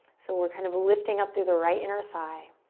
so we're kind of lifting up through the right inner thigh,